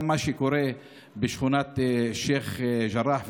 גם מה שקורה בשכונת שייח' ג'ראח,